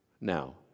now